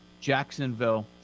Jacksonville